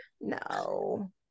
no